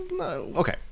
okay